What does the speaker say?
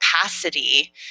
capacity